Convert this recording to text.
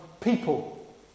people